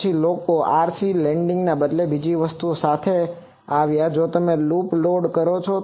પછી લોકો RC લોડિંગને બદલે બીજી વસ્તુ સાથે આવ્યા જો તમે લૂપથી લોડ કરો છો